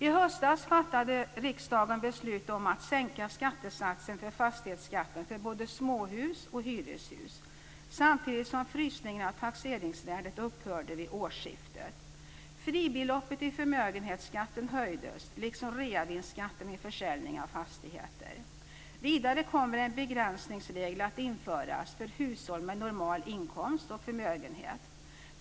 I höstas fattade riksdagen beslut om att sänka skattesatsen för fastighetsskatten för både småhus och hyreshus, samtidigt som frysningen av taxeringsvärdet upphörde vid årsskiftet. Fribeloppet i förmögenhetsskatten höjdes liksom reavinstskatten vid försäljning av fastigheter. Vidare kommer en begränsningsregel att införas för hushåll med normal inkomst och förmögenhet.